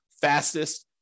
fastest